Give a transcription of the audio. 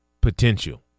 potential